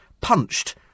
punched